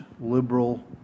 liberal